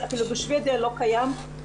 בשוודיה לא קיים,